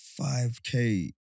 5K